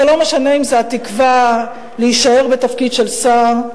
זה לא משנה אם זו התקווה להישאר בתפקיד של שר,